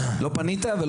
לא פנית,